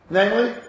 Namely